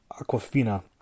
Aquafina